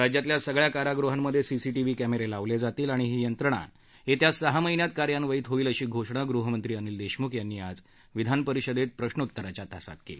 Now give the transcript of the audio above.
राज्यातल्या सगळ्या कारागृहांमध्ये सीसीटीव्ही कॅमेरे लावले जातील आणि ही यंत्रणा येत्या सहा महिन्यात कार्यान्वित होईल अशी घोषणा गृहमंत्री अनिल देशमुख यांनी आज विधानपरिषदेत प्रश्नोत्तराच्या तासात केली